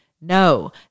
No